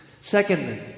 Secondly